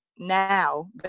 Now